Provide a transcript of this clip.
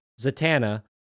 Zatanna